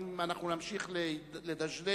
אם אנחנו נמשיך לדשדש